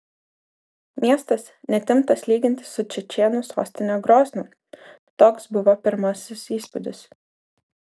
miestas net imtas lyginti su čečėnų sostine groznu toks buvo pirmasis įspūdis